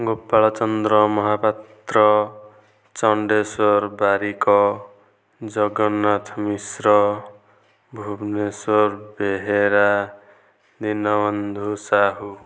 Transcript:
Gopalchandra Mahapatra Chandeswar Barik Jagannath Mishra Bhubaneswar Behera Dinabandhu Sahu